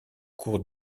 cours